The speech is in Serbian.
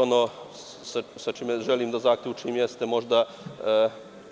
Ono sa čime želim da zaključim jeste možda